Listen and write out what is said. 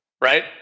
right